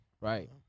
right